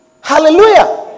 Hallelujah